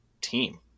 team